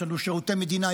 יש לנו שירותי מדינה,